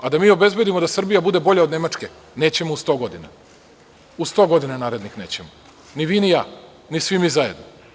Da mi obezbedimo da Srbija bude bolja od Nemačke neće u 100 godina, u 100 godina narednih nećemo ni vi ni ja, ni svi mi zajedno.